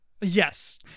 Yes